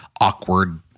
awkward